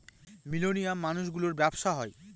millennial মানুষ গুলোর ব্যাবসা হয়